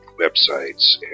websites